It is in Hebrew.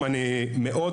מכן.